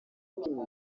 imibereho